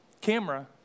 camera